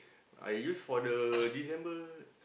I use for the December